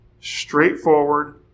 straightforward